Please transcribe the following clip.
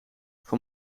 voor